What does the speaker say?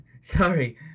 Sorry